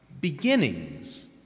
Beginnings